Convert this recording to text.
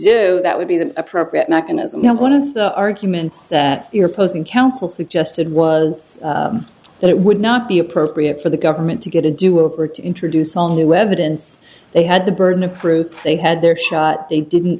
do that would be the appropriate mechanism you know one of the arguments that you're posing council suggested was that it would not be appropriate for the government to get a do or to introduce all new evidence they had the burden of proof they had their shot they didn't